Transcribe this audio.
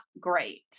great